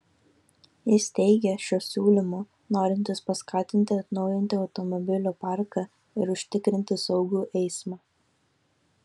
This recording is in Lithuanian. jis teigia šiuo siūlymu norintis paskatinti atnaujinti automobilių parką ir užtikrinti saugų eismą